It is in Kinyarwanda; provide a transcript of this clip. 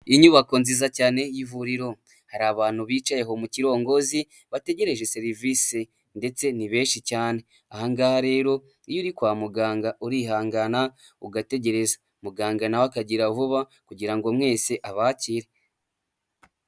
Inyubako nziza cyane y'ivuriro hari abantu bicayeho mu kirongozi bategereje serivisi ndetse ni benshi cyane. Ahangaha rero iyo uri kwa muganga urihangana ugategereza, muganga na we akagira vuba, kugira ngo mwese abakire.